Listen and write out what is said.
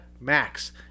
Max